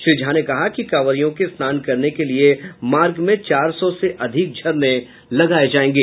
श्री झा ने कहा कि कांवरियों के स्नान करने के लिए मार्ग में चार सौ से अधिक झरने लगाये जायेंगे